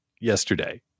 yesterday